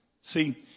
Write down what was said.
See